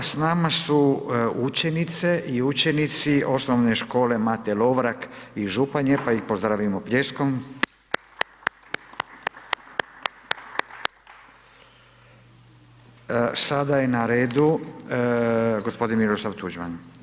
S nama su učenice i učenici Osnovne škole Mate Lovrak iz Županje, pa ih pozdravimo pljeskom… Sada je na redu g. Miroslav Tuđman.